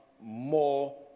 more